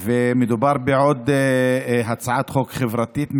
מדובר בעוד הצעת חוק חברתית מאוד,